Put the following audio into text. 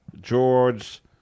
George